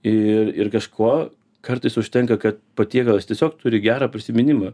ir ir kažkuo kartais užtenka kad patiekalas tiesiog turi gerą prisiminimą